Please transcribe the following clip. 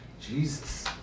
Jesus